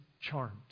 charmed